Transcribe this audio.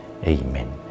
Amen